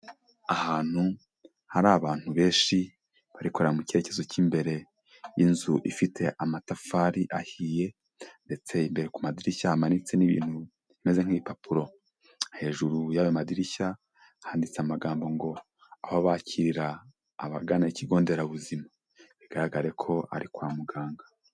Ahantu hari abantu benshi, bari kureba mu cyerekezo cy'imbere, inzu ifite amatafari ahiye, ndetse imbere ku madirishya hamanitse n'ibintu bimeze nk'ibipapuro, hejuru y'ayo madirishya, handitse amagambo ngo aho bakirira abagana ikigo nderabuzima, bigaragare ko ari kwa muganga.